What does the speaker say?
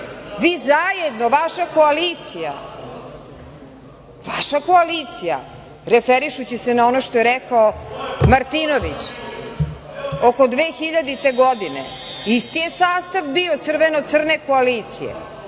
Vi zajedno, vaša koalicija, referišući se na ono što je rekao Martinović, oko 2000. godine isti je sastav bio crveno-crne koalicije